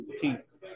Peace